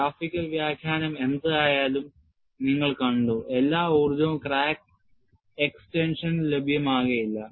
graphical വ്യാഖ്യാനം എന്തായാലും നിങ്ങൾ കണ്ടു എല്ലാ ഊർജ്ജവും ക്രാക്ക് എക്സ്റ്റൻഷന് ലഭ്യമാകില്ല